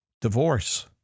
divorce